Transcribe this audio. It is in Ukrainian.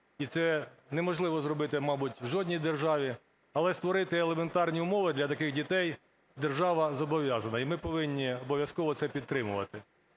і це неможливо зробити, мабуть, в жодній державі, але створити елементарні умови для таких дітей держава зобов'язана, і ми повинні обов'язково це підтримувати.